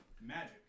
magic